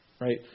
Right